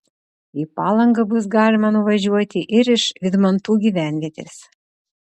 į palangą bus galima nuvažiuoti ir iš vydmantų gyvenvietės